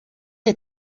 des